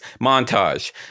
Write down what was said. Montage